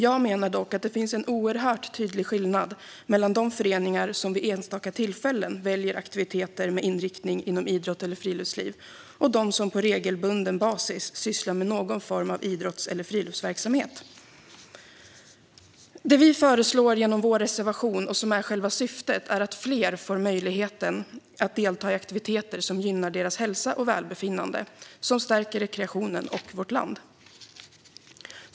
Jag menar dock att det finns en oerhört tydlig skillnad mellan de föreningar som vid enstaka tillfällen väljer aktiviteter med inriktning inom idrott eller friluftsliv och de som på regelbunden basis sysslar med någon form av idrotts eller friluftsverksamhet. Det vi föreslår i vår reservation, och som är själva syftet, är att fler får möjligheten att delta i aktiviteter som gynnar deras hälsa och välbefinnande, som stärker rekreationen och vårt land.